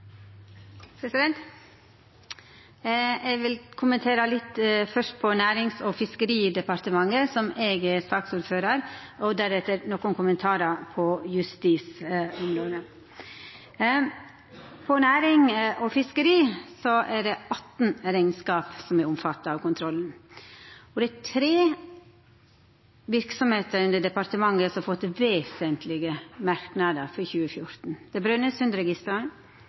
Nærings- og fiskeridepartementet, som eg er saksordførar for, og deretter gje nokre kommentarar knytte til justisområdet. Når det gjeld Nærings- og fiskeridepartementet, er det 18 rekneskap som er omfatta av kontrollen, og det er tre verksemder under dette departementet som har fått vesentlege merknader for 2014. Det